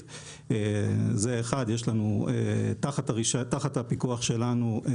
פה בכמה רבדים: 1. נכון שהשוק נשלט בצורה מוחלטת